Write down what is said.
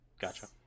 Gotcha